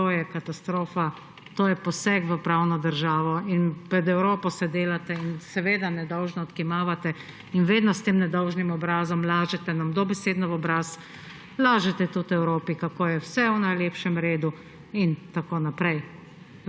to je katastrofa, to je poseg v pravno državo. Pred Evropo se delate in nedolžno odkimavate in vedno s tem nedolžnim obrazom lažete nam dobesedno v obraz, lažete tudi Evropi, kako je vse v najlepšem redu in tako naprej.